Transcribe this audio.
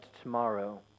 tomorrow